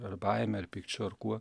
ar baime ar pykčiu ar kuo